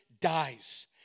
dies